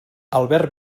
albert